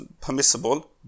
permissible